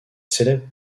célèbre